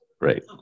Right